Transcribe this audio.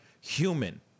human